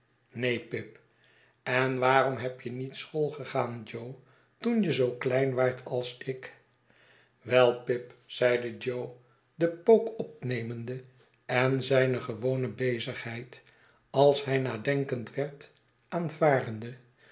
pip en waarom heb je niet schoolgegaan jo toen je zoo klein waart als ik wel pip zeide jo den pook opnemende en zijne gewone bezigheid als hij nadenkend werd